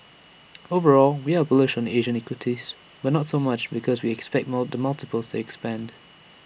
overall we are bullish on Asian equities why not so much because we expect more the multiples to expand